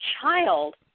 child